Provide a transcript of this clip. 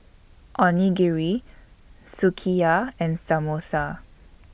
Onigiri Sukiyaki and Samosa